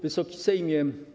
Wysoki Sejmie!